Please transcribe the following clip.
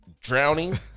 drowning